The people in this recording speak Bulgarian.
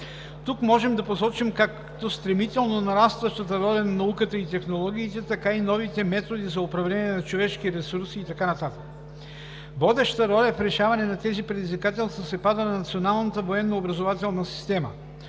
Тук можем да посочим както стремително нарастващата роля на науката и технологиите, така и новите методи за управление на човешките ресурси и така нататък. Водеща роля в решаване на тези предизвикателства се пада на националната военно образователна система.